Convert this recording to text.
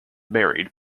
married